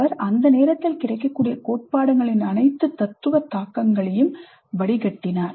அவர் அந்த நேரத்தில் கிடைக்கக்கூடிய கோட்பாடுகளின் அனைத்து தத்துவ தாக்கங்களையும் வடிகட்டினார்